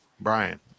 Brian